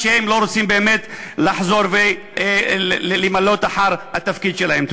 מפני שהם לא רוצים באמת לחזור ולמלא אחר התפקיד שלהם.